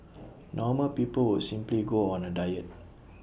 normal people would simply go on A diet